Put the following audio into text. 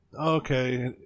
okay